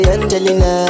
Angelina